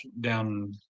down